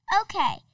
Okay